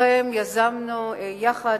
שלפניכם יזמנו יחד,